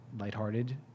lighthearted